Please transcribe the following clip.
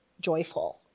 joyful